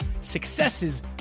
successes